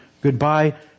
goodbye